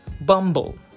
Bumble